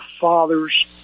fathers